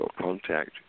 contact